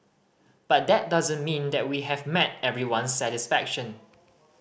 but that doesn't mean that we have met everyone's satisfaction